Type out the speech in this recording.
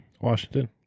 Washington